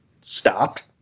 stopped